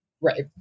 Right